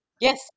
Yes